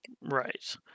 Right